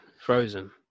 Frozen